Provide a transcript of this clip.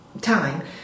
time